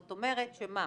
זאת אומרת שמה?